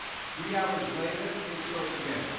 three hours later, they spoke again.